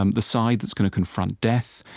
um the side that's going to confront death,